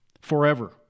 Forever